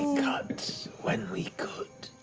cut when we could.